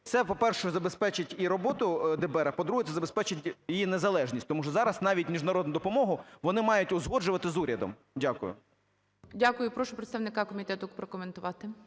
Це, по-перше, забезпечить і роботу ДБР, по-друге, це забезпечить її незалежність, тому що зараз навіть міжнародну допомогу вони мають узгоджувати з урядом. Дякую. ГОЛОВУЮЧИЙ. Дякую. Прошу представника комітету прокоментувати.